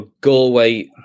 galway